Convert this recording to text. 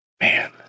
Man